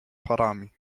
parami